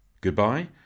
Goodbye